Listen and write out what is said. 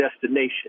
destination